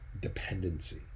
dependency